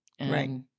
Right